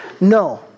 No